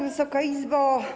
Wysoka Izbo!